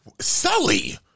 Sully